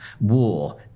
war